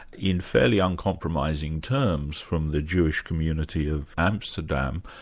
in fairly uncompromising terms, from the jewish community of amsterdam,